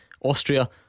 Austria